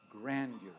grandeur